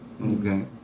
okay